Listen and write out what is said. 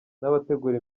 n’abategura